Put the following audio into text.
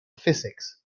physics